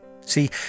See